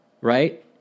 right